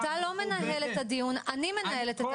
אתה לא מנהל את הדיון אני מנהלת אותו.